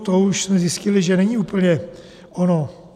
To už jsme zjistili, že není úplně ono.